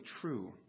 true